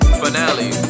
finale